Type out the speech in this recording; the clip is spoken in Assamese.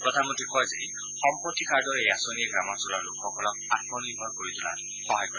প্ৰধানমন্ত্ৰীয়ে কয় যে সম্পত্তি কাৰ্ডৰ এই আঁচনিয়ে গ্ৰামাঞ্চলৰ লোকসকলক আত্মনিৰ্ভৰ কৰি তোলাত সহায় কৰিব